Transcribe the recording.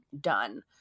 done